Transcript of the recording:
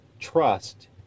Trust